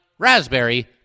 raspberry